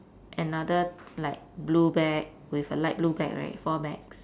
another like blue bag with a light blue bag right four bags